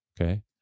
Okay